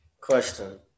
Question